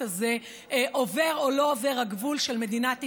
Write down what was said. הזה עובר או לא עובר הגבול של מדינת ישראל.